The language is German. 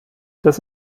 das